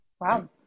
Wow